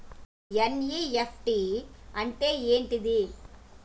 NEFT అంటే ఏంటిది?